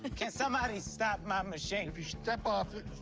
but can somebody stop my machine? if you step off it.